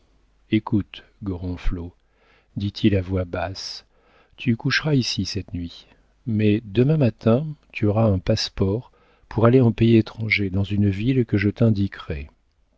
l'ouvrier écoute gorenflot dit-il à voix basse tu coucheras ici cette nuit mais demain matin tu auras un passe-port pour aller en pays étranger dans une ville que je t'indiquerai